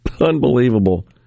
Unbelievable